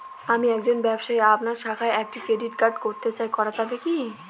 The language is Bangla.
আমি একজন ব্যবসায়ী আপনার শাখায় একটি ক্রেডিট কার্ড করতে চাই করা যাবে কি?